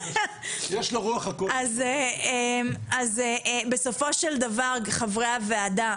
אז בסופו של דבר חברי הוועדה,